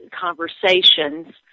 conversations